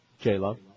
J-Lo